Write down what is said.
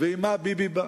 ועם מה ביבי בא?